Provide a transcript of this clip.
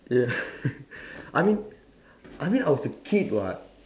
ya I mean I mean I was a kid what